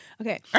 okay